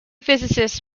physicists